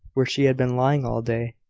where she had been lying all day,